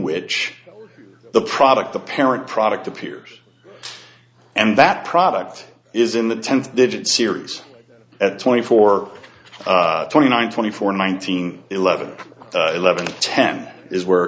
which the product the parent product appears and that product is in the ten digit series at twenty four twenty nine twenty four nineteen eleven eleven ten is where